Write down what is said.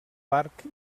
parc